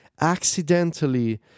accidentally